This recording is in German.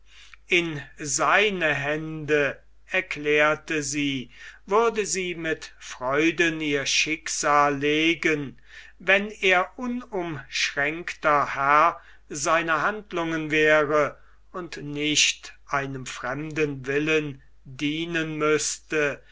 in seine hände erklärte sie würde sie mit freuden ihr schicksal legen wenn er unumschränkter herr seiner handlungen wäre und nicht einem fremden willen dienen müßte